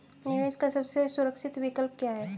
निवेश का सबसे सुरक्षित विकल्प क्या है?